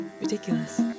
ridiculous